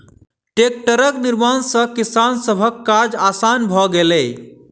टेक्टरक निर्माण सॅ किसान सभक काज आसान भ गेलै